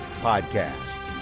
Podcast